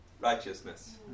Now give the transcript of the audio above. righteousness